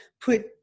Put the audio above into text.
put